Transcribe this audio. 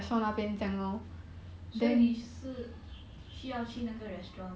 所以你是需要去那个 restaurant